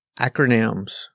Acronyms